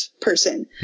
person